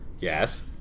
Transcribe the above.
Yes